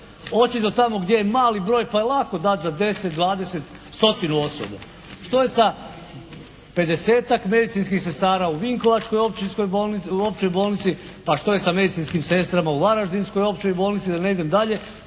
Očito tamo gdje je mali broj pa je lako dati za 10, 20, stotinu osoba. Što je sa pedesetak medicinskih sestara u Vinkovačkoj općoj bolnici, a što je sa medicinskim sestrama u Varaždinskoj općoj bolnici da ne idem dalje